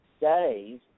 days